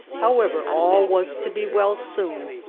however, all was to be well soon,